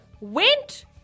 Went